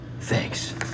Thanks